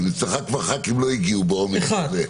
אצלך חברי כנסת כבר לא הגיעו -- אחד.